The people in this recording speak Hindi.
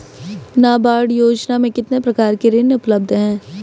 नाबार्ड योजना में कितने प्रकार के ऋण उपलब्ध हैं?